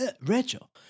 Rachel